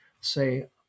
say